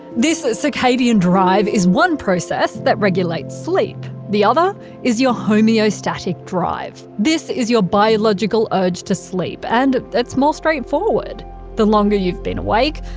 this circadian drive is one process that regulates sleep the other is your homeostatic drive. this is your biological urge to sleep and it's more straightforward the longer you've been awake,